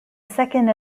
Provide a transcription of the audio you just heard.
second